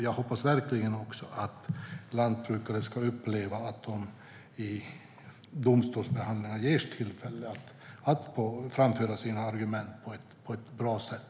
Jag hoppas också verkligen att lantbrukare ska uppleva att de i domstolsförhandlingar ges tillfälle att framföra sina argument på ett bra sätt.